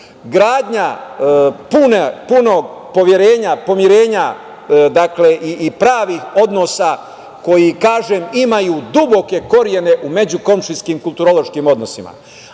gradnja punog poverenja, pomirenja i pravih odnosa koji imaju duboke korene u međukomšijskim kulturološkim odnosima,